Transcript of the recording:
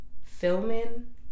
filming